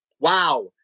wow